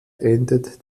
endet